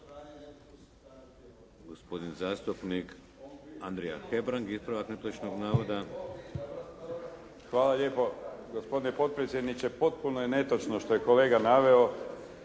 Hvala lijepo, gospodine potpredsjedniče. Potpuno je netočno što je kolega naveo